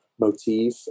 motif